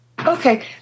okay